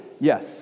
yes